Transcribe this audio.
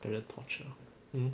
like the torture hmm